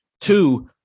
two